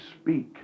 speak